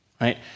right